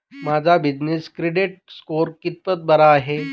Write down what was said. माझा business credit score कितपत बरा आहे?